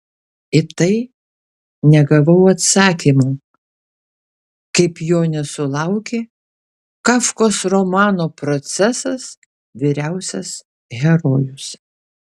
į tai negavau atsakymo kaip jo nesulaukė kafkos romano procesas vyriausias herojus